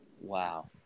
Wow